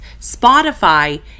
Spotify